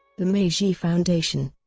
the masihi foundation,